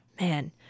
man